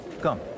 Come